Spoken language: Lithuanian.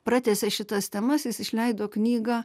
pratęsė šitas temas jis išleido knygą